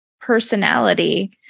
personality